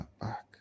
back